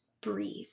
breathe